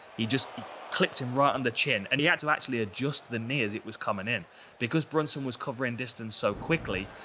just clipped him right on the chin. and he had to actually adjust the knee as it was coming in because brunson was covering distance so quickly.